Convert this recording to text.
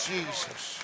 Jesus